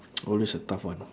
oh this a tough one